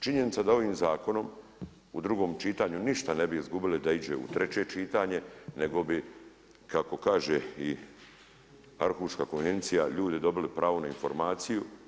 Činjenica da ovim zakonom u drugom čitanju ništa ne bi izgubili da iđe u treće čitanje, nego bi kako kaže i Arhuška konvencija ljudi dobili pravo na informaciju.